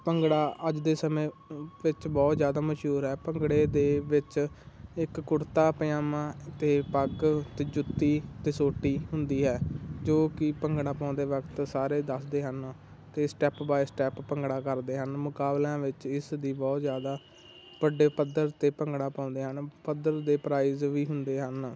ਭੰਗੜਾ ਅੱਜ ਦੇ ਸਮੇਂ ਵਿੱਚ ਬਹੁਤ ਜ਼ਿਆਦਾ ਮਸ਼ਹੂਰ ਹੈ ਭੰਗੜੇ ਦੇ ਵਿੱਚ ਇੱਕ ਕੁੜਤਾ ਪਜਾਮਾ ਅਤੇ ਪੱਗ ਅਤੇ ਜੁੱਤੀ ਅਤੇ ਸੋਟੀ ਹੁੰਦੀ ਹੈ ਜੋ ਕਿ ਭੰਗੜਾ ਪਾਉਂਦੇ ਵਕਤ ਸਾਰੇ ਦੱਸਦੇ ਹਨ ਅਤੇ ਸਟੈਪ ਬਾਏ ਸਟੈਪ ਭੰਗੜਾ ਕਰਦੇ ਹਨ ਮੁਕਾਬਲਿਆਂ ਵਿੱਚ ਇਸ ਦੀ ਬਹੁਤ ਜ਼ਿਆਦਾ ਵੱਡੇ ਪੱਧਰ 'ਤੇ ਭੰਗੜਾ ਪਾਉਂਦੇ ਹਨ ਪੱਧਰ ਦੇ ਪ੍ਰਾਈਜ਼ ਵੀ ਹੁੰਦੇ ਹਨ